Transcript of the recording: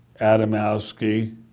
Adamowski